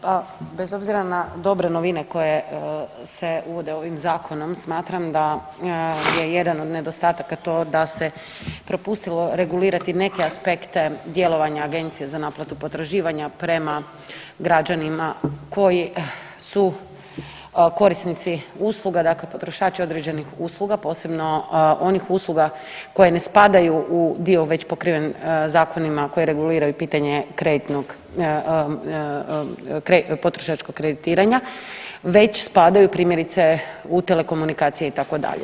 Pa bez obzira na dobre novine koje se uvode ovim zakonom smatram da je jedan od nedostataka to da se propustilo regulirati neke aspekte djelovanja Agencije za naplatu potraživanja prema građanima koji su korisnici usluga, dakle potrošači određenih usluga posebno onih usluga koje ne spadaju u dio već pokriven zakonima koji reguliraju pitanje kreditnog, potrošačkog kreditiranja već spadaju primjerice u telekomunikacije itd.